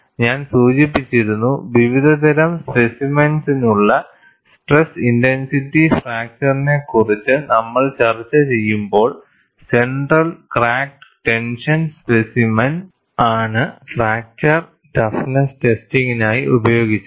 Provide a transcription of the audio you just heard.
ഞാൻ സൂചിപ്പിച്ചിരുന്നു വിവിധതരം സ്പെസിമെൻസിനുള്ള സ്ട്രെസ് ഇന്റർസിറ്റി ഫാക്ടർനെക്കുറിച്ച് നമ്മൾ ചർച്ചചെയ്യുമ്പോൾ സെന്റർ ക്രാക്ക്ഡ് ടെൻഷൻ സ്പെസിമെൻ ആണ് ഫ്രാക്ചർ ടഫ്നെസ് ടെസ്റ്റിംഗിനായി ഉപയോഗിച്ചത്